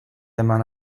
eman